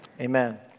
amen